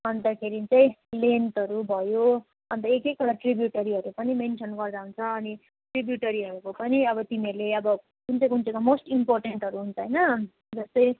अन्तखेरि चाहिँ लेन्टहरू भयो अन्त एकएकवटा ट्रिब्युटरिजहरू पनि मेन्सन गर्दा हुन्छ अनि ट्रिब्युटरीहरूको पनि अब तिमीहरूले अब कुन चाहिँ कुन चाहिँको मोस्ट इम्पोर्टेन्टहरू हुन्छ होइन जस्तै